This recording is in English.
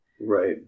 Right